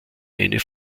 eine